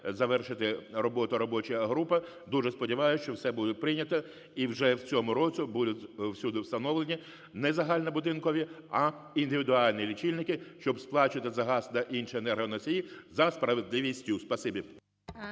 завершити роботу робоча група. Дуже сподіваюсь, що все буде прийнято і вже в цьому році будуть всюди встановлені незагальнобудинкові, а індивідуальні лічильники, щоб сплачувати за газ та інші енергоносії за справедливістю. Спасибі.